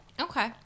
Okay